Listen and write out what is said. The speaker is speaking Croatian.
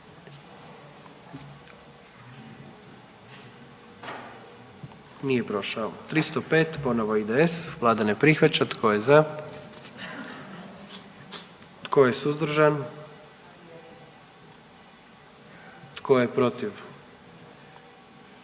44. Kluba zastupnika SDP-a, vlada ne prihvaća. Tko je za? Tko je suzdržan? Tko je protiv?